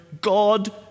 God